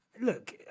Look